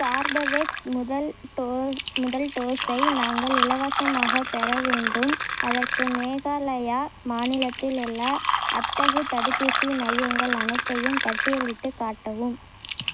Corbevax முதல் டோ முதல் டோஸ்ஸை நாங்கள் இலவசமாகப் பெற வேண்டும் அதற்கு மேகாலயா மாநிலத்தில் உள்ள அத்தகு தடுப்பூசி மையங்கள் அனைத்தையும் பட்டியலிட்டுக் காட்டவும்